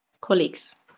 colleagues